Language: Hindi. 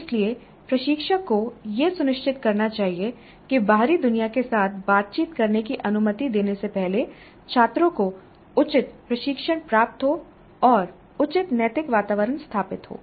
इसलिए प्रशिक्षक को यह सुनिश्चित करना चाहिए कि बाहरी दुनिया के साथ बातचीत करने की अनुमति देने से पहले छात्रों को उचित प्रशिक्षण प्राप्त हो और उचित नैतिक वातावरण स्थापित हो